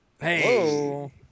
Hey